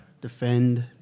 Defend